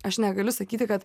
aš negaliu sakyti kad